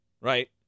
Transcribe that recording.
Right